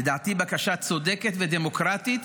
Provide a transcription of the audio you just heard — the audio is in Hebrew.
לדעתי בקשה צודקת ודמוקרטית,